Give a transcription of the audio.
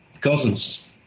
cousins